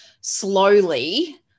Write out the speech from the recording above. slowly